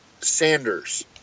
Sanders